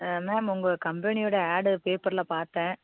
ma'am உங்கள் கம்பெனியோட ad பேப்பரில் பார்த்தேன்